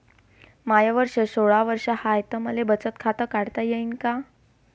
माय वय सोळा वर्ष हाय त मले बचत खात काढता येईन का?